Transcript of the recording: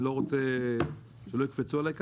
ואני לא רוצה שיקפצו עליי כאן,